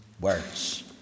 words